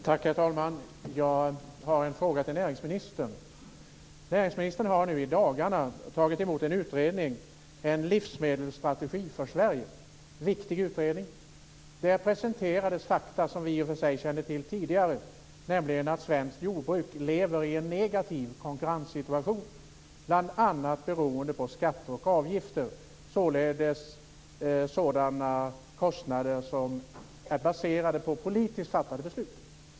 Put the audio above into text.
Herr talman! Jag har en fråga till näringsministern. Näringsministern har nu i dagarna tagit emot en utredningen om en livsmedelsstrategi för Sverige. Det är en viktigt utredning. Där presenterades fakta som vi i och för sig kände till tidigare, nämligen att svenskt jordbruk lever i en negativ konkurrenssituation bl.a. beroende på skatter och avgifter, dvs. sådana kostnader som är baserade på politiskt fattade beslut.